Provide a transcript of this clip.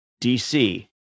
DC